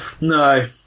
No